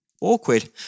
awkward